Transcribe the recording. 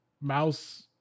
mouse